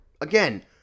again